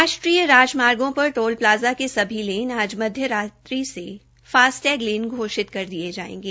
राष्ट्रीय राजमार्गो पर टोल प्लाज़ा के सभी लेन आज मध्यरात्रि से फास्टेग लेन घोषित कर दिये जायेंगे